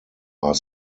are